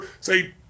say